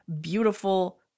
beautiful